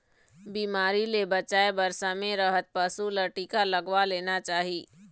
बिमारी ले बचाए बर समे रहत पशु ल टीका लगवा लेना चाही